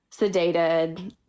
sedated